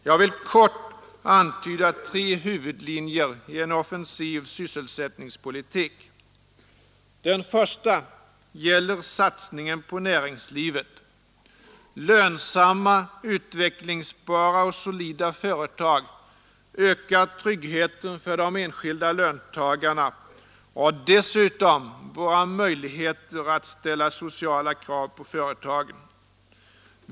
Jag vill kort antyda tre huvudlinjer i en offensiv sysselsättningspolitik. Den första linjen gäller satsningen på näringslivet. Lönsamma, utvecklingsbara och solida företag ökar tryggheten för de enskilda löntagarna och dessutom våra möjligheter att ställa sociala krav på företagen.